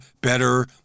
better